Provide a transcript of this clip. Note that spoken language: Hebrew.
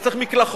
אתה צריך מקלחות,